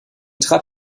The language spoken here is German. trat